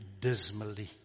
dismally